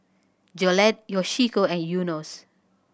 Jolette Yoshiko and Enos